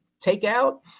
takeout